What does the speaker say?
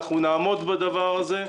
אנחנו נעמוד בדבר הזה.